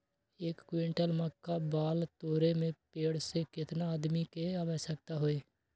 एक क्विंटल मक्का बाल तोरे में पेड़ से केतना आदमी के आवश्कता होई?